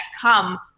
come